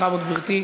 בכבוד, גברתי,